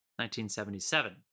1977